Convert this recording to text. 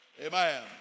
Amen